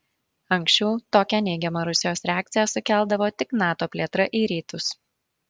anksčiau tokią neigiamą rusijos reakciją sukeldavo tik nato plėtra į rytus